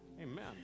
Amen